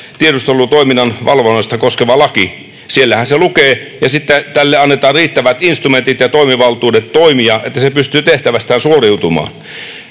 tiedustelutoiminnan valvontaa koskeva laki, siellähän se lukee — riittävät instrumentit ja toimivaltuudet toimia, että se pystyy tehtävästään suoriutumaan.